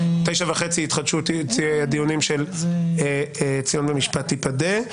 ב-09:30 יתחדשו הדיונים של ציון במשפט תיפדה.